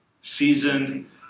seasoned